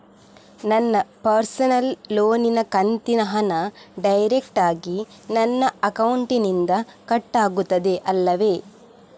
ನನ್ನ ಪರ್ಸನಲ್ ಲೋನಿನ ಕಂತಿನ ಹಣ ಡೈರೆಕ್ಟಾಗಿ ನನ್ನ ಅಕೌಂಟಿನಿಂದ ಕಟ್ಟಾಗುತ್ತದೆ ಅಲ್ಲವೆ?